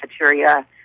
cafeteria